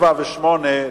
7 ו-8,